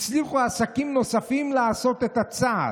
הצליחו עסקים נוספים לעשות את הצעד.